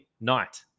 night